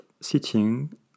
sitting